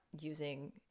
using